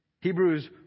Hebrews